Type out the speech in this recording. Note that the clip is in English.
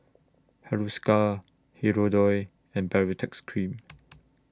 Hiruscar Hirudoid and Baritex Cream